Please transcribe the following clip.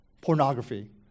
pornography